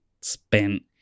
spent